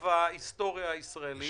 לרוחב ההיסטוריה הישראלית.